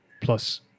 plus